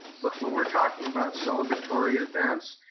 but when we're talking about celebratory events,